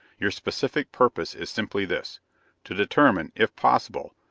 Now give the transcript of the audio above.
your specific purpose is simply this to determine, if possible,